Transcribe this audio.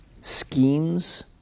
schemes